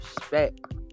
respect